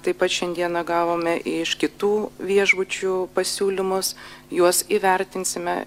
taip pat šiandieną gavome iš kitų viešbučių pasiūlymus juos įvertinsime